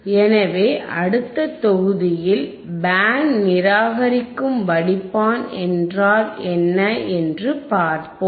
எனவே அடுத்த தொகுதியில் பேண்ட் நிராகரிக்கும் வடிப்பான் என்றால் என்ன என்று பார்ப்போம்